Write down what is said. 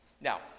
Now